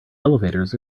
elevators